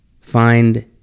find